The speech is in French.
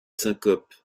syncopes